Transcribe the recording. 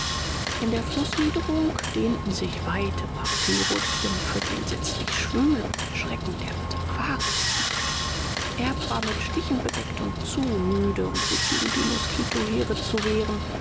in der flußniederung dehnten sich weite papyrussümpfe die entsetzlich schwül und der schrecken der safari sind erb war mit stichen bedeckt und zu müde um sich gegen die moskitoheere zu wehren